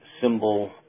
symbol